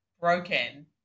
broken